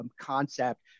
concept